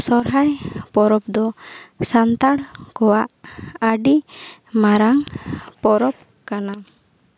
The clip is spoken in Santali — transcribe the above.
ᱥᱚᱨᱦᱟᱭ ᱯᱚᱨᱚᱵᱽ ᱫᱚ ᱥᱟᱱᱛᱟᱲ ᱠᱚᱣᱟᱜ ᱟᱹᱰᱤ ᱢᱟᱨᱟᱝ ᱯᱚᱨᱚᱵᱽ ᱠᱟᱱᱟ